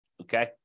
okay